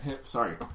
sorry